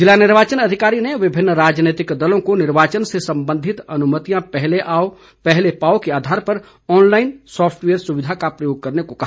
जिला निर्वाचन अधिकारी ने विभिन्न राजनीतिक दलों को निर्वाचन से संबंधित अनुमतियां पहले आओ पहले पाओ के आधार पर ऑनलाईन सॉफ्टवेयर सुविधा का प्रयोग करने को कहा